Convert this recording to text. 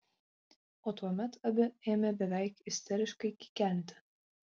o tuomet abi ėmė beveik isteriškai kikenti